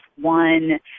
one